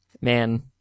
Man